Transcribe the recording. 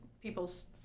people's